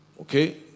Okay